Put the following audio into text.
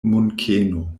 munkeno